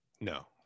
No